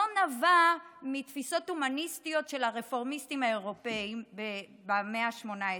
נבעה מתפיסות הומניסטיות של הרפורמיסטים האירופים במאה ה-18.